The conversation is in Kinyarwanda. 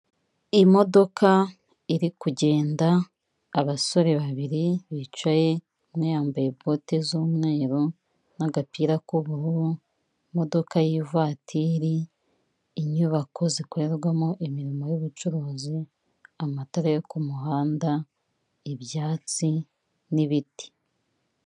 Imodoka iri kugenda, abasore babiri bicaye umwe yambaye boti z'umweru n'agapira k'ubururu, imodoka y'ivatiri, inyubako zikorerwamo imirimo y'ubucuruzi, amatara yo ku muhanda, ibyatsi n'ibiti.